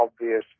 obvious